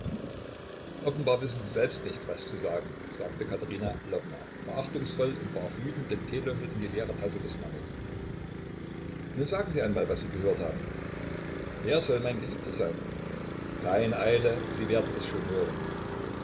offenbar wissen sie selbst nicht was zu sagen sagte katerina lwowna verachtungsvoll und warf wütend den teelöffel in die leere tasse des mannes nun sagen sie einmal was sie gehört haben wer soll mein geliebter sein keine eile sie werden es schon hören